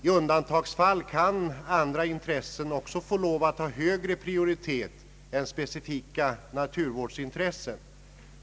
I undantagsfall kan andra intressen också få lov att ha högre prioritet än specifika naturvårdsintressen.